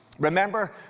Remember